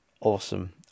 awesome